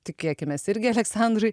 tikėkimės irgi aleksandrui